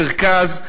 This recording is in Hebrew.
מרכז,